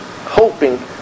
hoping